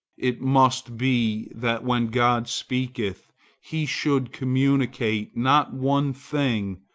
it must be that when god speaketh he should communicate, not one thing,